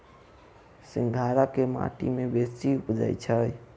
सिंघाड़ा केँ माटि मे बेसी उबजई छै?